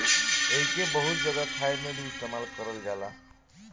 एइके बहुत जगह खाए मे भी इस्तेमाल करल जाला